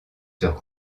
sur